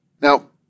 Now